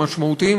המשמעותיים,